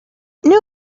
knew